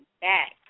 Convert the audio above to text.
Back